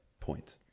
point